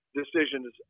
decisions